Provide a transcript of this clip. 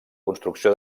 construcció